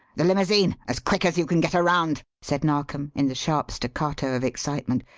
the limousine as quick as you can get her round! said narkom in the sharp staccato of excitement.